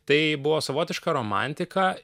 tai buvo savotiška romantika